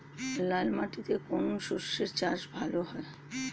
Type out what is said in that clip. লাল মাটিতে কোন কোন শস্যের চাষ ভালো হয়?